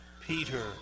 Peter